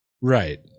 Right